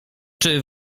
czy